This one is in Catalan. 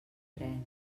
tren